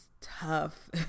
tough